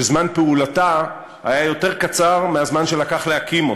שזמן פעולתה היה יותר קצר מהזמן שלקח להקים אותה.